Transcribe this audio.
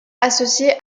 associé